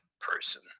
person